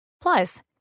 Plus